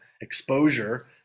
exposure